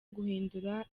guhindura